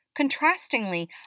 Contrastingly